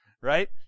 right